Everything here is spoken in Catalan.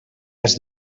has